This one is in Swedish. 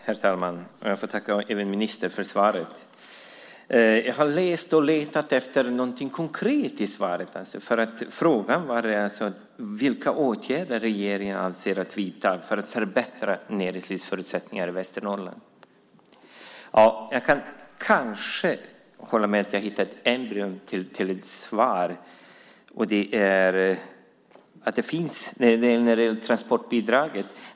Herr talman! Jag tackar ministern för svaret. Jag har läst och letat efter någonting konkret i svaret. Frågan var vilka åtgärder som regeringen avser att vidta för att förbättra näringslivets förutsättningar i Västernorrland. Jag kanske har hittat ett embryo till ett svar när det gäller transportbidragen.